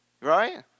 right